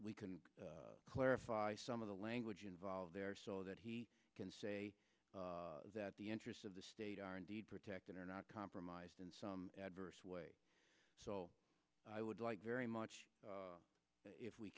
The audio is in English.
we can clarify some of the language involved there so that he can say that the interests of the state are indeed protected or not compromised in some adverse way so i would like very much if we